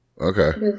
Okay